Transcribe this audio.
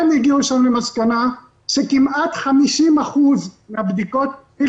הם הגיעו שם למסקנה שכמעט 50% מן הבדיקות Real